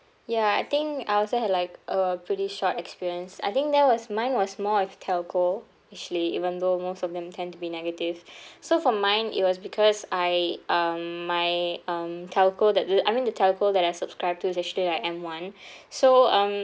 ya I think I also had like a pretty short experience I think that was mine was more of telco actually even though most of them tend to be negative so for mine it was because I um my um telco that the I mean the telco that I subscribe to is actually like m one so um